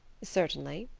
certainly.